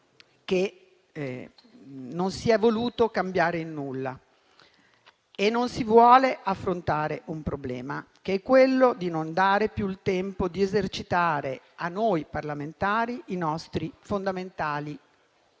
che non si è voluto cambiare in nulla e non si vuole affrontare un problema, che è quello di non dare più il tempo, a noi parlamentari, di esercitare i nostri fondamentali